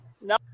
No